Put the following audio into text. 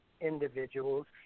individuals